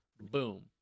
Boom